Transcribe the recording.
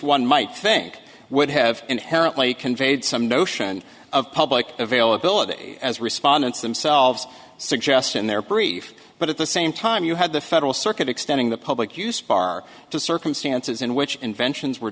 one might think would have inherently conveyed some notion of public availability as respondents themselves suggest in their brief but at the same time you had the federal circuit extending the public use bar to circumstances in which inventions were